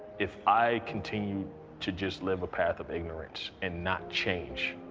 if i continued to just live a path of ignorance and not change,